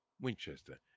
Winchester